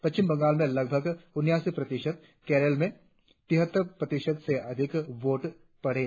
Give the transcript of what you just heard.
पश्चिम बंगाल में लगभग उन्यासी प्रतिशत केरल में तिहत्तर प्रतिशत से अधिक वोट पड़े